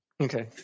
Okay